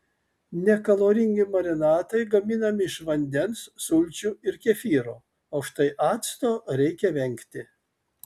nekaloringi marinatai gaminami iš vandens sulčių ir kefyro o štai acto reikia vengti